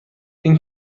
این